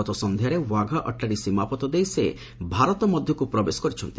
ଗତ ସନ୍ଧ୍ୟାରେ ଓ୍ୱାଘା ଅଟ୍ଟାରୀ ସୀମାପଥ ଦେଇ ସେ ଭାରତ ମଧ୍ୟକୁ ପ୍ରବେଶ କରିଛନ୍ତି